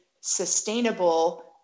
sustainable